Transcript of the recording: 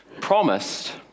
promised